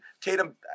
Tatum